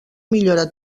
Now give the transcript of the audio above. millora